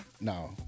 No